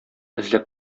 эзләп